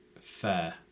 Fair